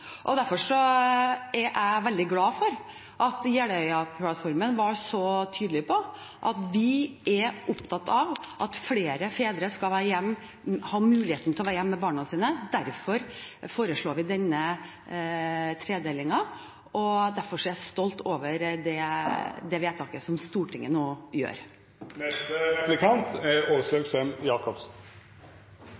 er jeg veldig glad for at Jeløya-plattformen er så tydelig på at vi er opptatt av at flere fedre skal ha muligheten til å være hjemme med barna sine. Derfor foreslår vi denne tredelingen, og derfor er jeg stolt av det vedtaket som Stortinget nå gjør. Senterpartiet er